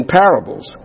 parables